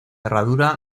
herradura